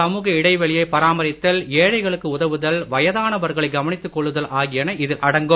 சமூக இடைவெளியைப் பராமரித்தல் ஏழைகளுக்கு உதவுதல் வயதானவர்களை கவனித்துக் கொள்ளுதல் ஆகியன இதில் அடங்கும்